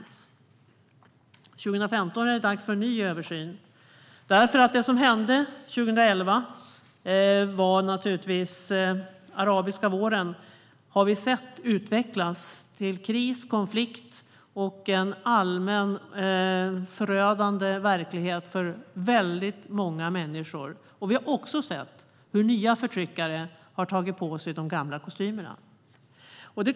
2015 är det dags för en ny översyn. Det som ägde rum 2011, den arabiska våren, har vi sett utvecklas till kris, konflikt och en allmänt förödande verklighet för väldigt många människor. Vi har också sett hur nya förtryckare tagit på sig de gamla kostymerna.